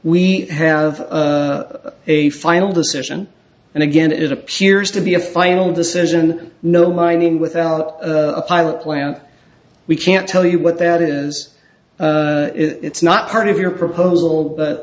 we have a final decision and again it appears to be a final decision no mining without a pilot plant we can't tell you what that is it's not part of your proposal